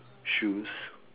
shoes